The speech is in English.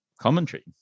commentary